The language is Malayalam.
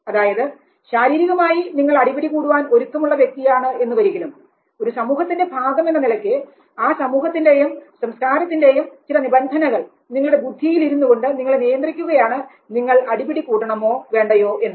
അതായത് ശാരീരികമായി നിങ്ങൾ അടിപിടി കൂടുവാൻ ഒരുക്കം ഉള്ള വ്യക്തിയാണ് എന്നുവരികിലും ഒരു സമൂഹത്തിൻറെ ഭാഗം എന്ന നിലയ്ക്ക് ആ സമൂഹത്തിന്റെയും സംസ്കാരത്തിന്റെയും ചില നിബന്ധനകൾ നിങ്ങളുടെ ബുദ്ധിയിൽ ഇരുന്നുകൊണ്ട് നിങ്ങളെ നിയന്ത്രിക്കുകയാണ് നിങ്ങൾ അടിപിടി കൂടണമോ വേണ്ടയോ എന്ന്